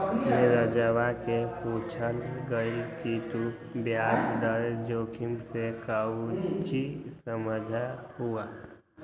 नीरजवा ने पूछल कई कि तू ब्याज दर जोखिम से काउची समझा हुँ?